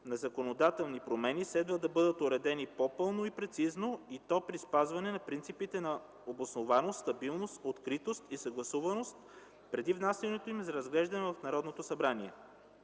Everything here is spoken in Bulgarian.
на законодателни промени, следва да бъдат уредени по-пълно и прецизно, и то при спазване на принципите на обоснованост, стабилност, откритост и съгласуваност преди внасянето им за разглеждане в Народното събрание.